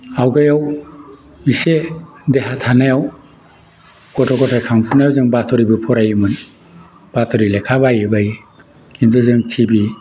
आगोलाव इसे देहा थानायाव गथ' गथाय खांखानायाव जों बातरिबो फरायोमोन बातरि लेखा बायै बायै किन्तु जों टिभि